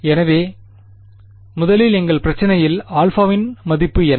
எனவே முதலில் எங்கள் பிரச்சினையில் α இன் மதிப்பு என்ன